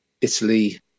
Italy